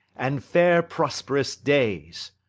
and fair prosperous days!